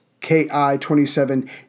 KI-27